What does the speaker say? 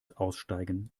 aussteigen